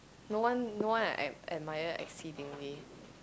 no one no one I at admire explicitly